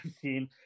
seen